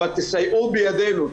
אבל תסייעו בידינו,